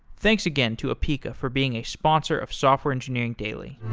thanks again to apica for being a sponsor of software engineering daily